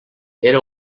era